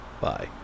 Bye